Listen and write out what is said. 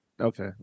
Okay